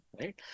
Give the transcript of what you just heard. right